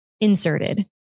inserted